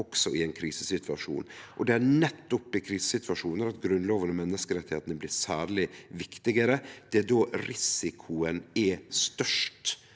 også i en krisesituasjon». Det er nettopp i krisesituasjonar Grunnlova og menneskerettane blir særleg viktige. Det er då risikoen er størst